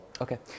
Okay